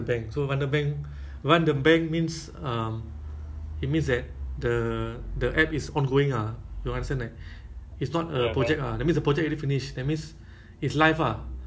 you support until surpass eleven eleven countries right including america australia china uh U_K all this so the timezone all weird weird [one]